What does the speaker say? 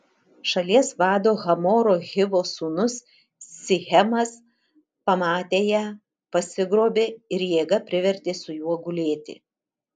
šalies vado hamoro hivo sūnus sichemas pamatė ją pasigrobė ir jėga privertė su juo gulėti